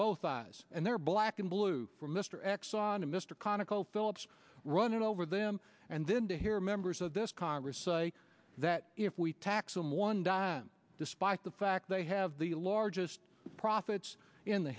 oz and they're black and blue for mr exxon and mr conoco phillips running over them and then to hear members of this congress say that if we tax them one dime despite the fact they have the largest profits in the